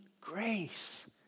Grace